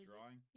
Drawing